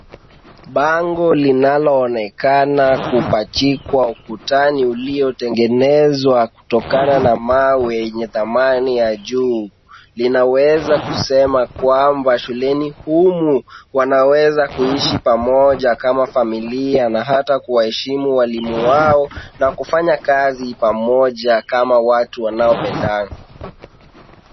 Bango linaloonekana kupachikwa ukutani uliotengenezwa kutokana na mawe yenye dhamani ya juu, linaweza kusema kwamba shuleni humu wanaweza kuishi pamoja kama familia na hata kuwaheshimu walimu wao na kufanya kazi pamoja kama watu wanaopendana.